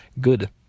good